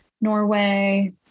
Norway